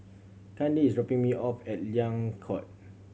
Kandi is dropping me off at Liang Court